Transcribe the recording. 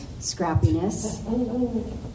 Scrappiness